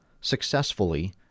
successfully